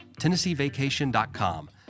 tennesseevacation.com